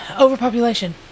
Overpopulation